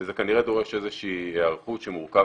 וזה כנראה דורש איזה שהיא היערכות שמורכב